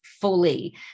fully